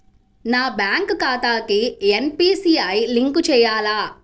నా బ్యాంక్ ఖాతాకి NPCI link చేయాలా?